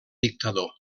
dictador